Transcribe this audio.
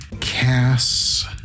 Cass